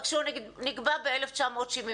רק שהוא נקבע ב-1975,